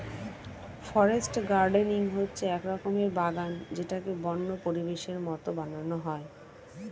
forest gardening হচ্ছে এক রকমের বাগান যেটাকে বন্য পরিবেশের মতো বানানো হয়